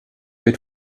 wird